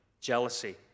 Jealousy